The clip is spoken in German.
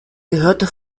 gehörte